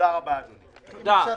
100